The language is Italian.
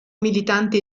militante